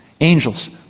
Angels